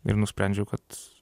ir nusprendžiau kad